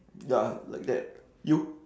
ya like that you